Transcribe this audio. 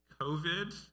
COVID